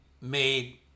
made